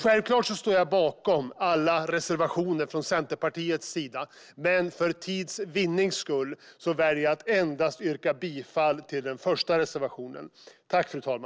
Jag står självfallet bakom alla reservationer från Centerpartiet, men för tids vinnande yrkar jag bifall endast till reservation 1.